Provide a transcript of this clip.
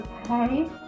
Okay